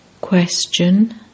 Question